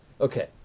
Okay